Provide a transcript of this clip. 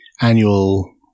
annual